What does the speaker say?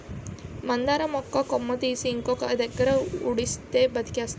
మందార మొక్క కొమ్మ తీసి ఇంకొక దగ్గర ఉడిస్తే బతికేస్తాది